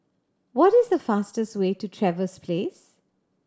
what is the fastest way to Trevose Place